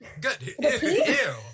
Good